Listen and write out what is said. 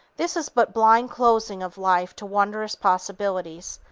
this is but blind closing of life to wondrous possibilities.